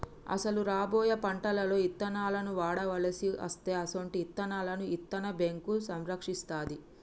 అసలు రాబోయే పంటలలో ఇత్తనాలను వాడవలసి అస్తే అసొంటి ఇత్తనాలను ఇత్తన్న బేంకు సంరక్షిస్తాది